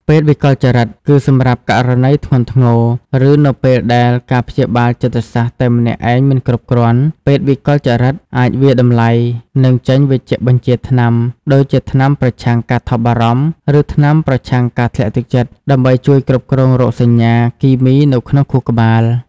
ពេទ្យវិកលចរិត គឺសម្រាប់ករណីធ្ងន់ធ្ងរ ឬនៅពេលដែលការព្យាបាលចិត្តសាស្ត្រតែម្នាក់ឯងមិនគ្រប់គ្រាន់ ពេទ្យវិកលចរិតអាចវាយតម្លៃ និងចេញវេជ្ជបញ្ជាថ្នាំ ដូចជាថ្នាំប្រឆាំងការថប់បារម្ភ ឬថ្នាំប្រឆាំងការធ្លាក់ទឹកចិត្ត ដើម្បីជួយគ្រប់គ្រងរោគសញ្ញា គីមីនៅក្នុងខួរក្បាល។